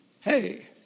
hey